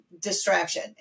distraction